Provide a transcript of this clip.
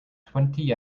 twenty